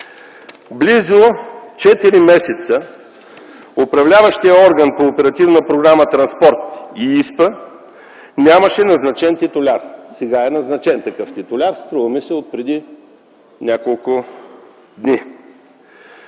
Близо четири месеца управляващият орган по Оперативна програма „Транспорт” и ИСПА нямаше назначен титуляр. Сега е назначен такъв титуляр, струва ми се, от преди няколко дни.